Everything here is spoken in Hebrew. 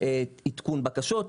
עדכון בקשות,